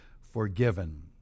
forgiven